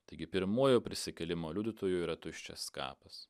taigi pirmuoju prisikėlimo liudytoju yra tuščias kapas